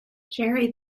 jerry